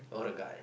or a guy